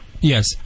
Yes